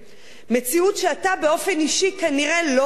מציאות שאתה באופן אישי כנראה לא מכיר,